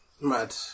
Mad